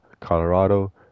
Colorado